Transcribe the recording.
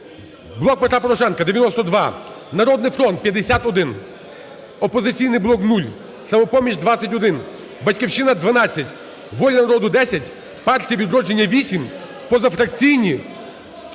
"Блок Петра Порошенка" – 92, "Народний фронт" – 51, "Опозиційний блок" – 0, "Самопоміч" – 21 "Батьківщина" – 12, "Воля народу" – 10, Партія "Відродження" – 8, позафракційні